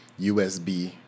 USB